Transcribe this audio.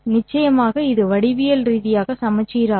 நிச்சயமாக இது வடிவியல் ரீதியாக சமச்சீர் ஆகும்